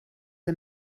der